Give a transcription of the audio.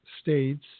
states